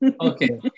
Okay